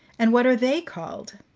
and what are they called?